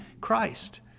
Christ